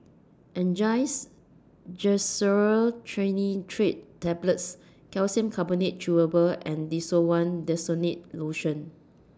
Angised Glyceryl Trinitrate Tablets Calcium Carbonate Chewable and Desowen Desonide Lotion